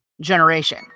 generation